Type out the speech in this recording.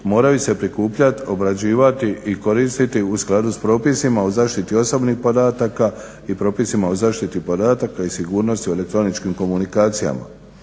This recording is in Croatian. moraju se prikupljati, obrađivati i koristiti u skladu s propisima o zaštiti osobnih podataka i propisima o zaštiti podataka i sigurnosti u elektroničkim komunikacijama.